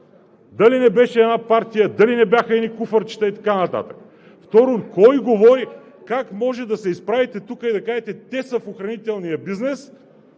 Дали не беше една партия, дали не бяха едни куфарчета и така нататък?! Второ, кой говори? Как може да се изправите тук и да кажете: те са в охранителния бизнес,